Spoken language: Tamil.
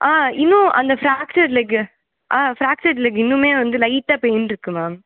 ஆ இன்னும் அந்த ஃப்ராக்சர் லெக்கு ஆ ஃப்ராக்சர் லெக் இன்னுமே வந்து லைட்டாக பெயின் இருக்குது மேம்